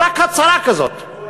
רק הצהרה כזאת,